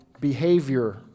behavior